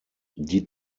die